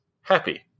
happy